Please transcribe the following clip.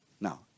Now